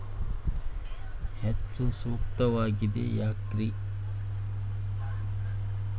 ಹೆಚ್ಚು ಸೂಕ್ತವಾಗಿದೆ ಯಾಕ್ರಿ?